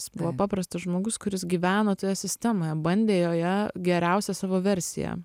jis buvo paprastas žmogus kuris gyveno toje sistemoje bandė joje geriausią savo versiją